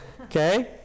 Okay